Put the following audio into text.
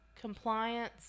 compliance